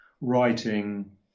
writing